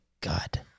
God